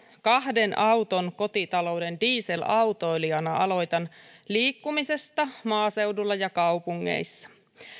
kahden auton kotitalouden dieselautoilijana aloitan liikkumisesta maaseudulla ja kaupungeissa